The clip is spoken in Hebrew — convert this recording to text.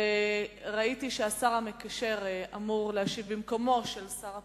ראיתי שהשר המקשר אמור להשיב במקומו של שר הפנים.